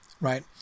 right